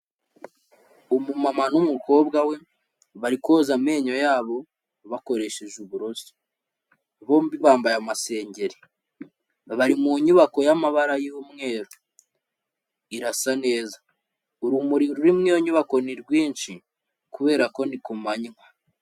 Umumama n'umukobwa we, bari koza amenyo yabo bakoresheje uburoso, bombi bambaye amasengeri, bari mu nyubako y'amabara y'umweru, irasa neza, urumuri ruri muri iyo nyubako ni rwinshi kubera ko ni ku manywa.